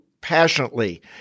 passionately